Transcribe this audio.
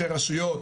ראשי רשויות,